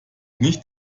nicht